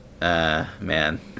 Man